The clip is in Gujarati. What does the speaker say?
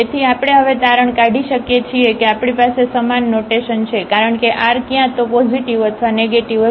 તેથી આપણે હવે તારણ નીકાળી શકીએ છીએ કે આપણી પાસે સમાન નોટેશન છે કારણ કે r ક્યાં તો પોઝિટિવ અથવા નેગેટીવ હશે